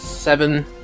Seven